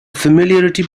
familiarity